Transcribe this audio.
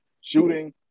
shooting